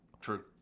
True